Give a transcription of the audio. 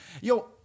Yo